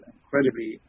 incredibly